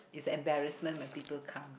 is embarrassment when people come